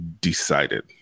decided